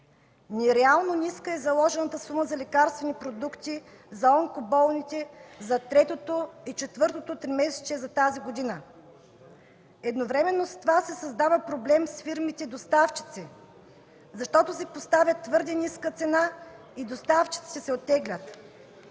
Нереално ниска е заложената сума за лекарствените продукти за онкоболните за третото и четвъртото тримесечие за тази година. Едновременно с това се създават проблеми с фирмите доставчици. Поставя се твърде ниска цена и доставчиците се оттеглят,